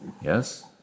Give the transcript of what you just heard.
Yes